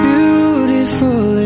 Beautiful